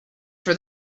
for